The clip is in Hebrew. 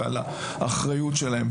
ועל האחריות שלהן,